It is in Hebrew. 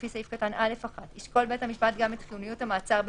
שלא ניתן לקיימו בנוכחותו בשל תקנות שעת החירום,